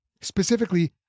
Specifically